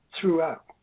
throughout